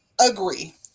agree